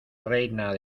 reina